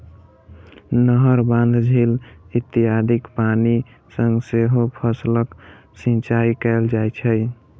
नहर, बांध, झील इत्यादिक पानि सं सेहो फसलक सिंचाइ कैल जाइ छै